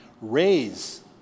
raise